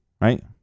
right